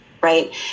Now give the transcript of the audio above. right